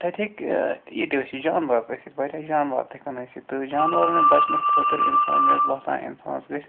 تَتہِ ہٮ۪کہِ یِتہٕ ٲسِتھ جانوَر تہِ ٲسِتھ واریاہ جانوَر تہٕ ہٮ۪کان ٲسِتھ تہٕ جانوَرَن بچنہٕ خٲطرٕ اِنسان مےٚ باسان اِنسانَس گژھِ